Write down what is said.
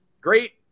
Great